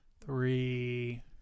three